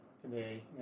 today